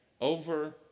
over